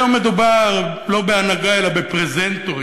היום מדובר לא בהנהגה אלא בפרזנטורים,